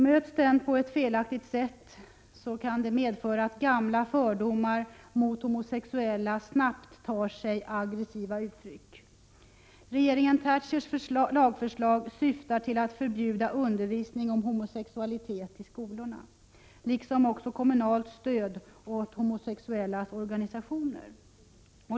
Möts den på ett felaktigt sätt, kan det medföra att gamla fördomar mot homosexuella snabbt tar sig aggressiva uttryck. Regeringen Thatchers lagförslag syftar till att förbjuda undervisning om homosexualitet i skolorna liksom också kommunalt stöd åt de homosexuellas organisationer.